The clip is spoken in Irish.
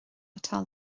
atá